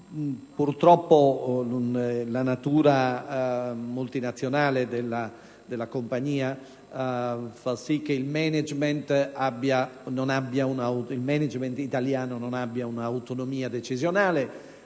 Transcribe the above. Purtroppo, la natura multinazionale della compagnia fa sì che il *management* italiano non abbia un'autonomia decisionale.